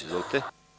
Izvolite.